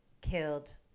killed